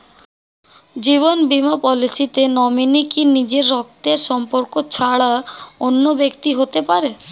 জীবন বীমা পলিসিতে নমিনি কি নিজের রক্তের সম্পর্ক ছাড়া অন্য ব্যক্তি হতে পারে?